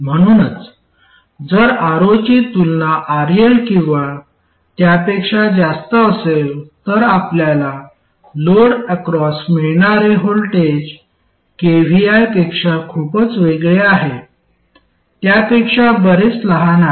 म्हणूनच जर Ro ची तुलना RL किंवा त्यापेक्षा जास्त असेल तर आपल्याला लोड अक्रॉस मिळणारे व्होल्टेज kvi पेक्षा खूपच वेगळे आहे त्यापेक्षा बरेच लहान आहे